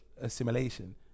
assimilation